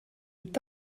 est